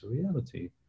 reality